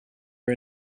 are